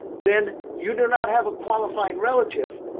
then you do not have a qualifying relative.